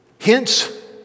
hence